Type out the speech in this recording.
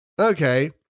okay